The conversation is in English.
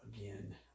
again